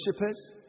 worshippers